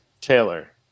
Taylor